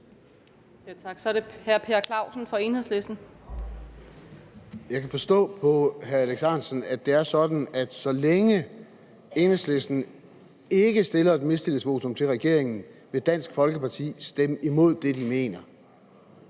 Så er det hr. Per Clausen fra Enhedslisten. Kl. 14:24 Per Clausen (EL): Jeg kan forstå på hr. Alex Ahrendtsen, at det er sådan, at så længe Enhedslisten ikke stiller et mistillidsvotum til regeringen, vil Dansk Folkeparti stemme imod det, de mener.